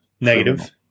negative